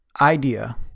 idea